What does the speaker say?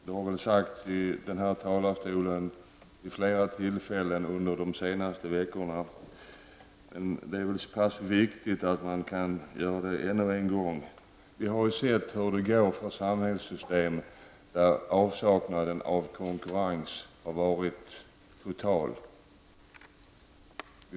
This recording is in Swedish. Vid flera tillfällen under de senaste veckorna har här i kammaren gjorts liknande uttalanden, men eftersom det är så pass viktigt vill jag upprepa det ännu en gång: Vi har ju sett hur det har gått för ett samhällssystem där avsaknaden av konkurrens har varit total.